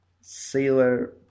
sailor